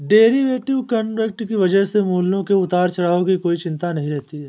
derivative contract की वजह से मूल्यों के उतार चढ़ाव की कोई चिंता नहीं रहती है